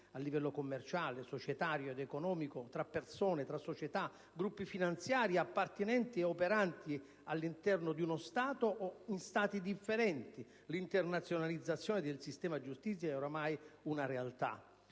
a livello commerciale, societario ed economico tra persone, società o gruppi finanziari appartenenti ed operanti all'interno di uno stesso Stato o in Stati differenti: l'internazionalizzazione del sistema giustizia è ormai una realtà.